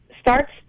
starts